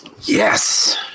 yes